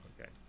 okay